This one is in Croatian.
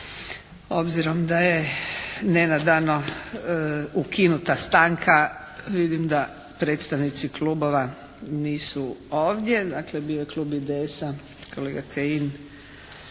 Obzirom da je nenadano ukinuta stanka vidim da predstavnici klubova nisu ovdje. Dakle, bio je klub IDS-a kolega Kajin,